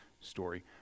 story